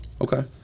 Okay